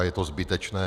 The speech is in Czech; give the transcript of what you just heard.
Je to zbytečné.